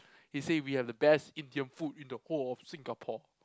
it say we have the best Indian food in the whole of Singapore